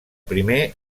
primer